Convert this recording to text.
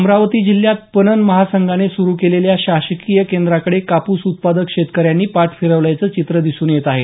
अमरावती जिल्ह्यात पणन महासंघाने सुरू केलेल्या शासकीय केंद्राकडे कापूस उत्पादक शेतकऱ्यांनी पाठ फिरवल्याचे चित्र दिसून येत आहे